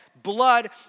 Blood